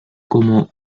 como